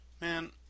man